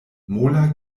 mola